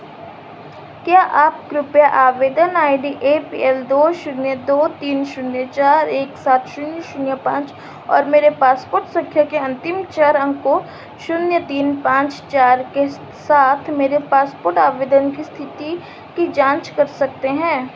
क्या आप कृपया आवेदन I D A P L दो शून्य दो तीन शून्य चार एक सात शून्य शून्य पाँच और मेरे पासपोर्ट संख्या के अंतिम चार अंकों शून्य तीन पाँच चार के साथ मेरे पासपोर्ट आवेदन की स्थिति की जाँच कर सकते हैं